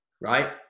right